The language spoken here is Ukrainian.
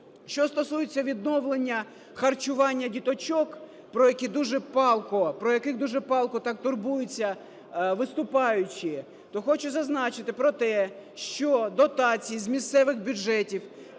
Що стосується відновлення харчування діточок, про яких дуже палко, про яких дуже палко так турбуються виступаючі, то хочу зазначити про те, що дотацій з місцевих бюджетів,